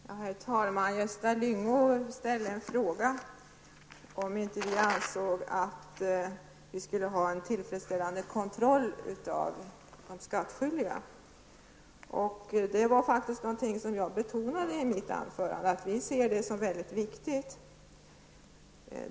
Herr talman! Gösta Lyngå frågade om vi inte ansåg att man skall ha en tillfredsställande kontroll av de skattskyldiga. Jag betonade faktiskt i mitt anförande att vi ser det som mycket viktigt.